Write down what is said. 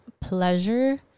pleasure